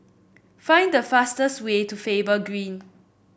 find the fastest way to Faber Green